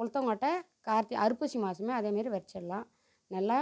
உளுத்தம் கொட்ட கார்த்தி ஐப்பசி மாசம் அதே மாரி வெரச்சிட்லாம் நல்லா